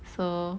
so